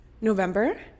November